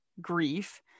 grief